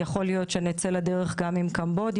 יכול להיות שנצא לדרך גם עם קמבודיה,